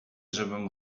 żebym